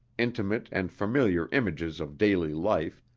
intimate and familiar images of daily life,